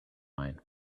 mine